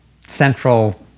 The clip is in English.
central